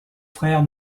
frère